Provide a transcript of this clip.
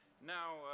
Now